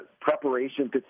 preparation